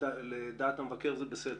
לדעת המבקר זה בסדר?